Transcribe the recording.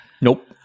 Nope